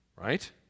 Right